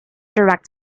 direct